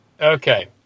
Okay